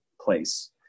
place